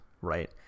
Right